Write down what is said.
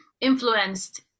influenced